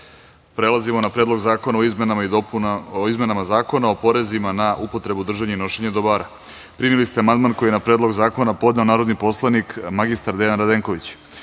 zakona. Prelazimo na Predlog zakona o izmenama Zakona o porezima na upotrebu, držanje i nošenje dobara. Primili ste amandman koji je na Predlog zakona podneo narodni poslanik mr Dejan Radenković. Primili